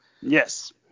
Yes